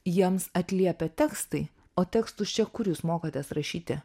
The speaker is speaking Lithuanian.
jiems atliepia tekstai o tekstus čia kur jūs mokotės rašyti